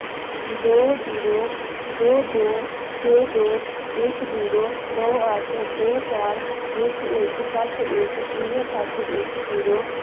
दो जीरो दो दो छे दो इक जीरो नौ अट्ठ दो चार इक इक सत्त इक जीरो सत्त इक जीरो